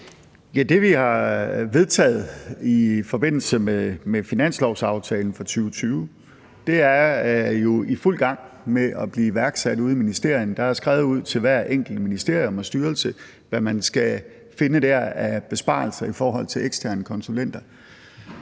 det, vi har vedtaget i forbindelse med finanslovsaftalen for 2020, er jo i fuld gang med at blive iværksat ude i ministerierne. Der er skrevet ud til hvert enkelt ministerium og hver styrelse om, hvad man skal finde dér af besparelser i forhold til eksterne konsulenter.